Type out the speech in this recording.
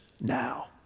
now